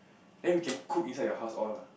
then we can cook inside your house all lah